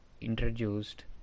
introduced